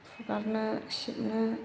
फुगारनो सिबनो